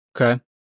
Okay